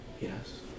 Yes